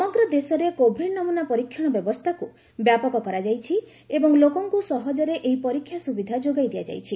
ସମଗ୍ର ଦେଶରେ କୋଭିଡ୍ ନମୁନା ପରୀକ୍ଷଣ ବ୍ୟବସ୍ଥାକୁ ବ୍ୟାପକ କରାଯାଇଛି ଏବଂ ଲୋକଙ୍କୁ ସହଜରେ ଏହି ପରୀକ୍ଷା ସୁବିଧା ଯୋଗାଇ ଦିଆଯାଇଛି